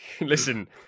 listen